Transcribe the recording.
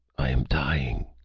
i am dying.